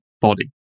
body